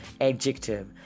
adjective